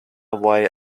why